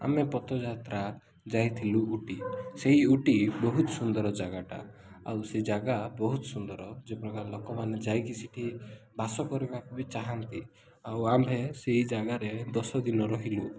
ଆମେ ପଦଯାତ୍ରା ଯାଇଥିଲୁ ଉଟି ସେଇ ଉଟି ବହୁତ ସୁନ୍ଦର ଜାଗାଟା ଆଉ ସେ ଜାଗା ବହୁତ ସୁନ୍ଦର ଯେ ପ୍ରକାର ଲୋକମାନେ ଯାଇକି ସେଠି ବାସ କରିବାକୁ ବି ଚାହାନ୍ତି ଆଉ ଆମ୍ଭେ ସେଇ ଜାଗାରେ ଦଶ ଦିନ ରହିଲୁ